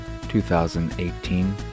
2018